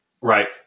Right